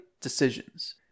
decisions